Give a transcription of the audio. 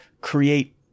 create